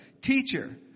Teacher